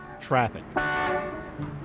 Traffic